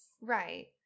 Right